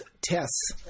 tests